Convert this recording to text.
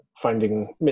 Finding